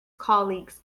colleagues